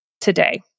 today